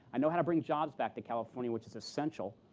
i know how to bring jobs back to california, which is essential.